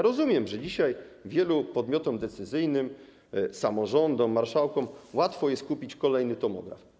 Rozumiem, że dzisiaj wielu podmiotom decyzyjnym, samorządom, marszałkom łatwo jest kupić kolejny tomograf.